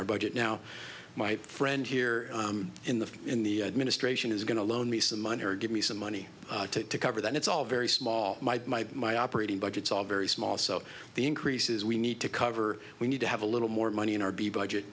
our budget now my friend here in the in the administration is going to loan me some money or give me some money to cover that it's all very small my operating budgets all very small so the increases we need to cover we need to have a little more money in our b budget